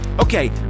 okay